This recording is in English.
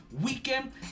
weekend